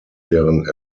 deren